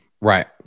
Right